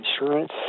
insurance